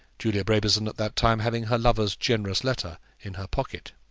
julia brabazon at that time having her lover's generous letter in her pocket.